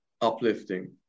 uplifting